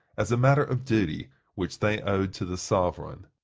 as a matter of duty which they owed to the sovereign.